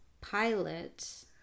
pilot